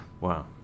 Wow